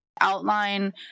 outline